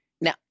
now